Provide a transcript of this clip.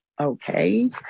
Okay